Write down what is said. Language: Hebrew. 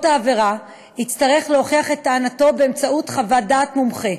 העבירה יצטרך להוכיח את טענתו באמצעות חוות דעת מומחה.